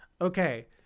Okay